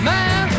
Man